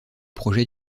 projet